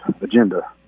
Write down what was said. agenda